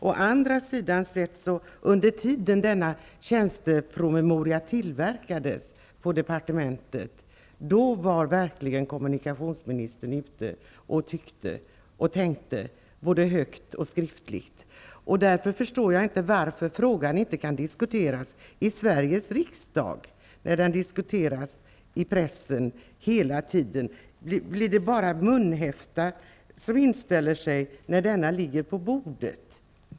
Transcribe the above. Å andra sidan: Under tiden som denna tjänstemannapromemoria tillverkades på departementet var kommunikationsministern ute, tyckte till och tänkte både högt och skriftligt. Därför förstår jag inte varför frågan inte kan diskuteras i Sveriges riksdag, när den diskuteras i pressen hela tiden. Blir det bara munhäfta som inställer sig när den ligger på bordet?